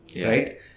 right